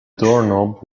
doorknob